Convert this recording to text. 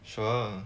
sure